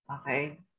Okay